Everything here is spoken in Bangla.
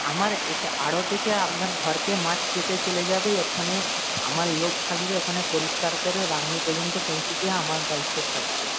আমার এখ আড়ত থেকে আপনার ঘরে মাছ কেটে চলে যাবে ওখানে আমার লোক থাকবে ওখানে পরিষ্কার করে রাঁধুনি পর্যন্ত পৌঁছবে আমার দায়িত্ব থাকবে